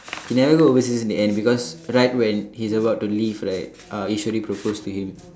he never go overseas in the end because right when he's about to leave right uh Eswari proposed to him